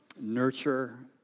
nurture